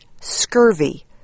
scurvy